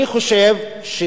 מה זה "אחריות המחבר"?